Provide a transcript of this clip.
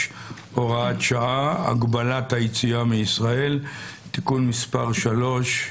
(הוראת שעה) (הגבלת היציאה מישראל) (תיקון מס' 3),